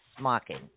smocking